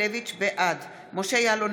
בעד משה יעלון,